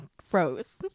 froze